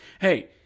hey